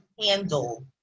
handle